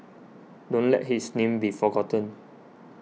don't let his name be forgotten